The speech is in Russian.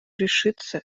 решится